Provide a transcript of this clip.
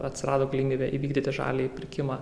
atsirado galimybė įvykdyti žaliąjį pirkimą